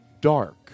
Dark